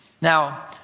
Now